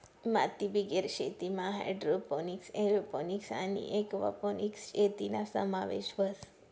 मातीबिगेर शेतीमा hydroponics, aeroponics आणि एक्वापोनिक्स शेतीना समावेश व्हस